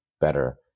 better